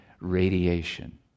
radiation